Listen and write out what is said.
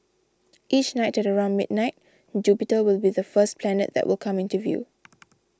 each night at around midnight Jupiter will be the first planet that will come into view